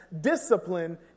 Discipline